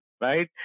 right